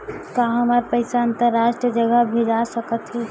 का हमर पईसा अंतरराष्ट्रीय जगह भेजा सकत हे?